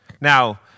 Now